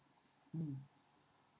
um